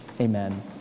Amen